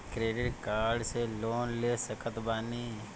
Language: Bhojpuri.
क्रेडिट कार्ड से लोन ले सकत बानी?